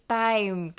time